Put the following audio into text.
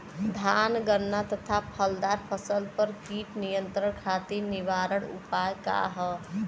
धान गन्ना तथा फलदार फसल पर कीट नियंत्रण खातीर निवारण उपाय का ह?